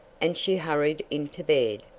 and she hurried into bed.